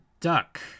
Duck